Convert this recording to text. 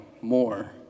more